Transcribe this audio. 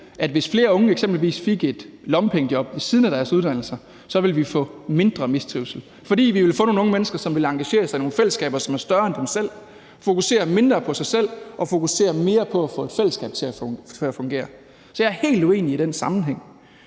at hvis flere unge eksempelvis fik et lommepengejob ved siden af deres uddannelse, ville vi få mindre mistrivsel, fordi vi ville få nogle unge mennesker, som ville engagere sig i nogle fællesskaber, som er større end dem selv, fokusere mindre på sig selv og fokusere mere på at få et fællesskab til at fungere. Så jeg er helt uenig i, at der er den sammenhæng.